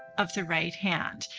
of the right hand.